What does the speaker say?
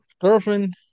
girlfriend